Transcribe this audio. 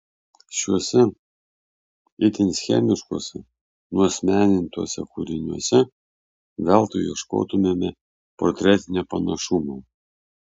šiuose itin schemiškuose nuasmenintuose kūriniuose veltui ieškotumėme portretinio panašumo